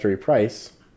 price